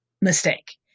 mistake